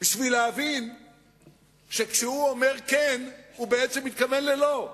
אותו בשביל להבין שכשהוא אומר "כן" הוא בעצם מתכוון ל"לא".